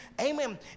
amen